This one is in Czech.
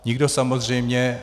Nikdo samozřejmě...